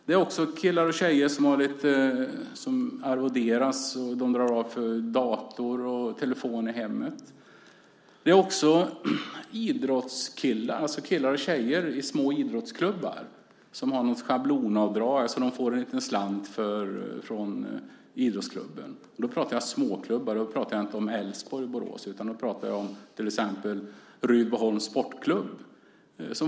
Det är också killar och tjejer som arvoderas, och de drar då av för dator och telefon i hemmet, samt killar och tjejer i små idrottsklubbar. De har ett schablonavdrag och får alltså en liten slant från idrottsklubben - och då talar jag om småklubbar, inte om Älvsborg i Borås utan om sådana som Rydboholms Sportklubb.